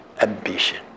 ambition